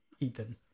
Ethan